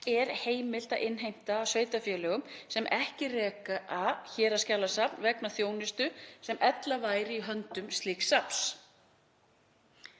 er heimilt að innheimta af sveitarfélögum sem ekki reka héraðsskjalasafn vegna þjónustu sem ella væri í höndum slíks safns.